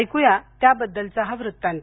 ऐकू या त्याबद्दलचा हा वृत्तांत